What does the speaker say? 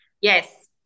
Yes